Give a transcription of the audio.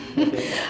okay